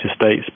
States